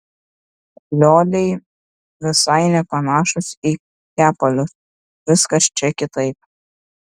lioliai visai nepanašūs į kepalius viskas čia kitaip